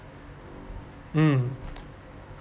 um